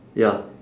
ya